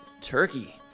Turkey